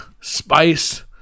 spice